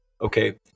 Okay